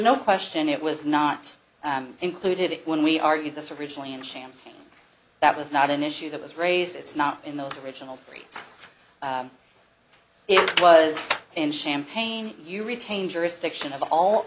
no question it was not included it when we argued this originally and champagne that was not an issue that was raised it's not in the original rates it was in champagne you retain jurisdiction of all